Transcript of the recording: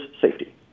safety